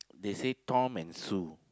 they say Tom and Sue